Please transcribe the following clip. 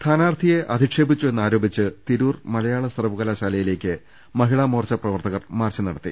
സ്ഥാനാർഥിയെ അധിക്ഷേപിച്ചു എന്നാരോപിച്ച് തിരൂർ മലയാള സർവകലാശാലയിലേക്ക് മഹിളാമോർച്ച പ്രവർത്തകർ മാർച്ച് നട ത്തി